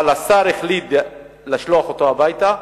אבל השר החליט לשלוח אותו הביתה,